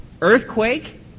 earthquake